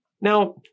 Now